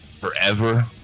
forever